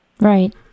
Right